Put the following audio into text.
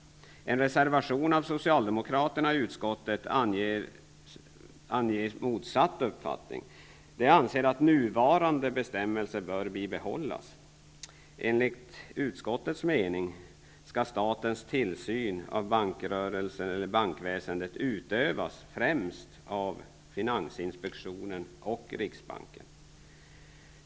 I en reservation från socialdemokraterna i utskottet anges motsatt uppfattning. De anser att nuvarande bestämmelser bör bibehållas. Enligt utskottets mening skall statens tillsyn av bankväsendet främst utövas av finansinspektionen och riksbanken.